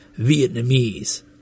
Vietnamese